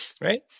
right